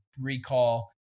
recall